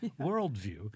worldview